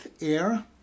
air